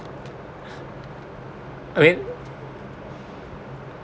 okay